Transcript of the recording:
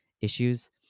issues